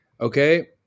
okay